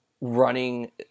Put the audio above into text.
running